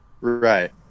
Right